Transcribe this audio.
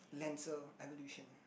lancer evolution